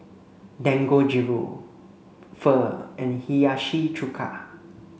Dangojiru Pho and Hiyashi Chuka